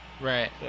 Right